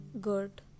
good